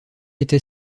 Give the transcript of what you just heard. était